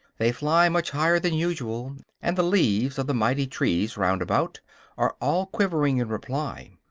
they fly much higher than usual, and the leaves of the mighty trees round about are all quivering in reply.